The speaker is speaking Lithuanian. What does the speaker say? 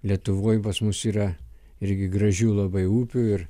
lietuvoj pas mus yra irgi gražių labai upių ir